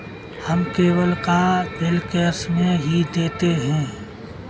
हम केबल का bill cash में ही देते हैं